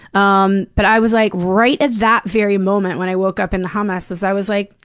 um but i was like, right at that very moment when i woke up in the hummus, is i was like,